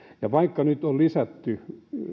ja innovaatioilla vaikka nyt on lisätty